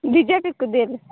ବିଜେପିକୁ ଦେବି